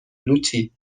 لوتی